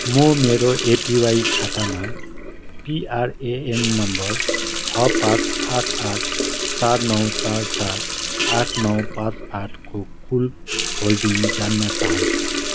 म मेरो एपिवाई खातामा पिआरएएन नम्बर छ पाँच आठ आठ चार नौ चार चार आठ नौ पाँच आठको कुल होल्डिङ जान्न चाहन्छु